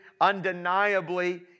undeniably